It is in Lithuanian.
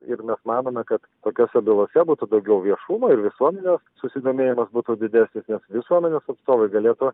ir mes manome kad tokiose bylose būtų daugiau viešumo ir visuomenės susidomėjimas būtų didesnis nes visuomenės atstovai galėtų